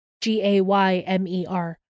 G-A-Y-M-E-R